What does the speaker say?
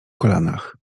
kolanach